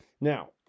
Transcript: Now